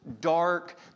dark